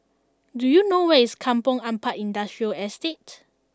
do you know where is Kampong Ampat Industrial Estate